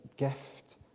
gift